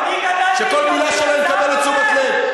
שכל מילה שלהם מקבלת תשומת לב.